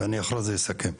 אחרי זה אני אסכם.